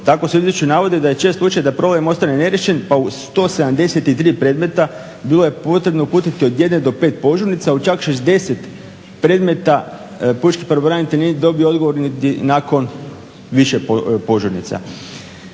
Tako se u izvješću navode da je čest slučaj da problem ostane neriješen pa u 173 predmeta bilo je potrebno uputiti od 1 do 5 požurnica, u čak 60 predmeta pučki pravobranitelj nije dobio odgovor niti nakon više požurnica.